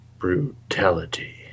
Brutality